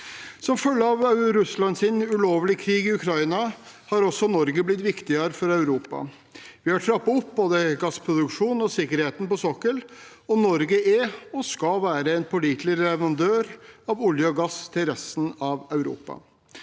Som følge av Russlands ulovlige krig i Ukraina har også Norge blitt viktigere for Europa. Vi har trappet opp både gassproduksjonen og sikkerheten på sokkelen, og Norge er og skal være en pålitelig leverandør av olje og gass til resten av Europa.